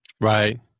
Right